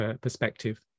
perspective